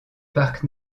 parc